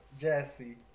Jesse